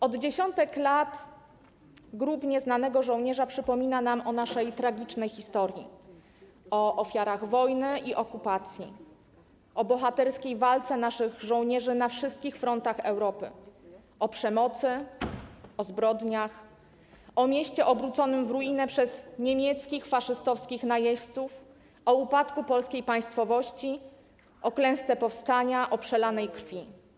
Od dziesiątek lat Grób Nieznanego Żołnierza przypomina nam o naszej tragicznej historii, o ofiarach wojny i okupacji, o bohaterskiej walce naszych żołnierzy na wszystkich frontach Europy, o przemocy, o zbrodniach, o mieście obróconym w ruinę przez niemieckich faszystowskich najeźdźców, o upadku polskiej państwowości, o klęsce powstania, o przelanej krwi.